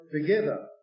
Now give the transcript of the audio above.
together